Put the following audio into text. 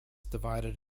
divided